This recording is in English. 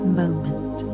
moment